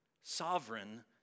sovereign